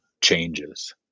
changes